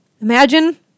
Imagine